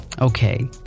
Okay